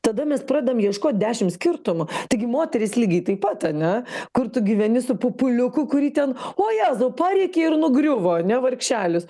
tada mes pradam ieškoti dešimt skirtumų taigi moterys lygiai taip pat ane kur tu gyveni su pupuliuku kurį ten ojėzau parėkei ir nugriuvo ane vargšelis